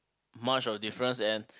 much of a difference and